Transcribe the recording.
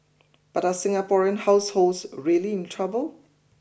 but are Singaporean households really in trouble